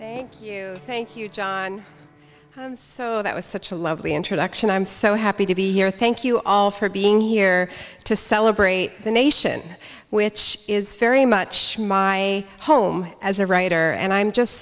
klein thank you john so that was such a lovely introduction i'm so happy to be here thank you all for being here to celebrate the nation which is very much my home as a writer and i'm just